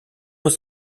ist